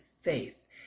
faith